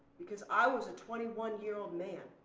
because i was a twenty one year old man,